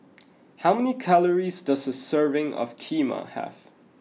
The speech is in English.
how many calories does a serving of Kheema have